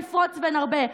נפרוץ ונרבה.